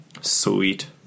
Sweet